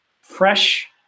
Fresh